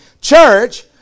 Church